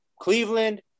Cleveland